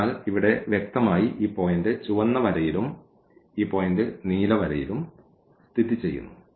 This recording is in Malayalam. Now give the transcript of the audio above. അതിനാൽ ഇവിടെ വ്യക്തമായി ഈ പോയിന്റ് ചുവന്ന വരയിലും ഈ പോയിന്റ് നീല വരയിലും സ്ഥിതിചെയ്യുന്നു